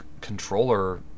controller